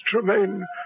Tremaine